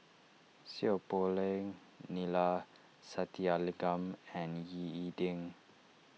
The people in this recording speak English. Seow Poh Leng Neila Sathyalingam and Ying E Ding